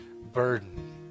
burden